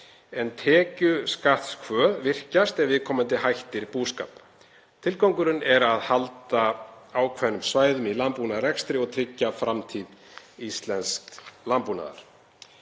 en tekjuskattskvöð virkjast ef viðkomandi hættir búskap. Tilgangurinn er að halda ákveðnum svæðum í landbúnaðarrekstri og tryggja framtíð íslensks landbúnaðar.“